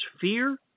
fear